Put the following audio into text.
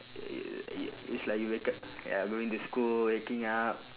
it it it's like you wake up ya going to school waking up